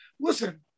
listen